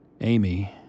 Amy